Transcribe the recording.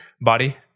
body